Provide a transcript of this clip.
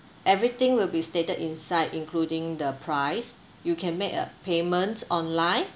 everything will be stated inside including the price you can make uh payment online